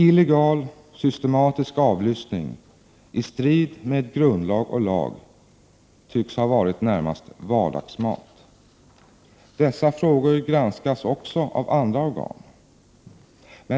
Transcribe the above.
Illegal systematisk avlyssning, i strid med grundlag och lag, tycks ha varit närmast vardagsmat. Dessa frågor granskas också av andra organ.